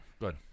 Good